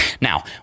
Now